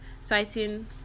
citing